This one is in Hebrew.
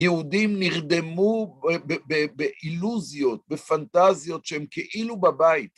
יהודים נרדמו באילוזיות, בפנטזיות שהם כאילו בבית